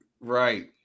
Right